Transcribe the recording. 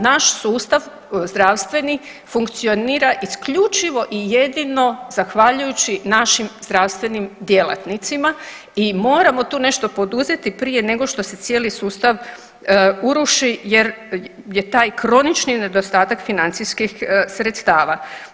Naš sustav zdravstveni funkcionira isključivo i jedino zahvaljujući našim zdravstvenim djelatnicima i moramo tu nešto poduzeti prije nego što se cijeli sustav uruši jer je taj kronični nedostatak financijskih sredstava.